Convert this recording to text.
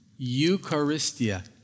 eucharistia